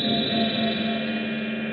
ah